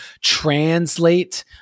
translate